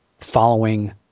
Following